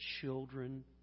children